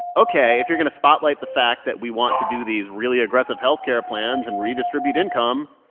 ok, if you're going to spotlight the fact that we want to do these really aggressive health care plans and redistribute income,